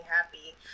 happy